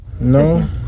No